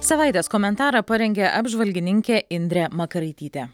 savaitės komentarą parengė apžvalgininkė indrė makaraitytė